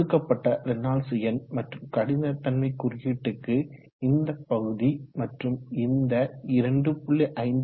கொடுக்கப்பட்ட ரேனால்ட்ஸ் எண் மற்றும் கடினத்தன்மை குறியீட்டுக்கு இந்த பகுதி மற்றும் இந்த 2